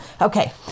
Okay